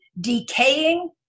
decaying